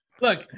Look